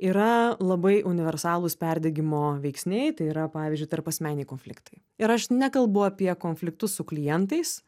yra labai universalūs perdegimo veiksniai tai yra pavyzdžiui tarpasmeniniai konfliktai ir aš nekalbu apie konfliktus su klientais